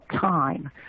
time